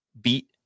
beat